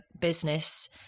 business